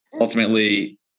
ultimately